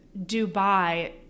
Dubai